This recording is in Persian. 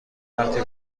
وقتی